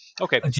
okay